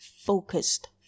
focused